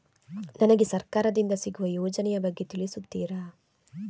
ನನಗೆ ಸರ್ಕಾರ ದಿಂದ ಸಿಗುವ ಯೋಜನೆ ಯ ಬಗ್ಗೆ ತಿಳಿಸುತ್ತೀರಾ?